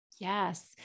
Yes